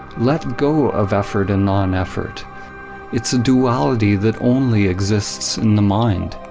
let go of effort and non effort it's a duality that only exists in the mind.